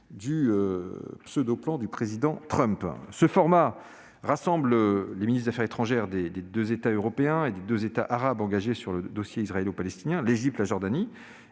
du pseudo-plan du président Trump. Ce format rassemble les ministres des affaires étrangères des deux États européens et des deux États arabes engagés sur le dossier israélo-palestinien, l'Égypte et la Jordanie.